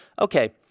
okay